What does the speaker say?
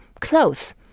clothes